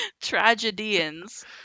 tragedians